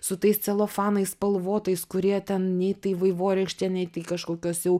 su tais celofanais spalvotais kurie ten nei tai vaivorykštė nei tai kažkokios jau